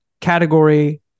category